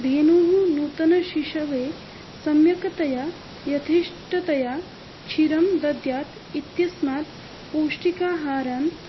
धेनुः नूतनशिशवे सम्यक्तया यथेष्टतया क्षीरं दद्यात् इत्यस्मात् पौष्टिकाहारान्